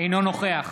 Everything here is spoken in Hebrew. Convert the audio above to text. אינו נוכח